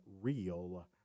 real